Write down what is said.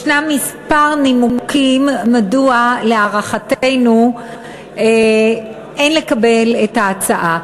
ישנם כמה נימוקים מדוע להערכתנו אין לקבל את ההצעה.